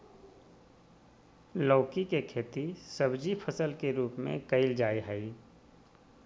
लौकी के खेती सब्जी फसल के रूप में कइल जाय हइ